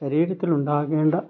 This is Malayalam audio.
ശരീരത്തിലുണ്ടാകേണ്ട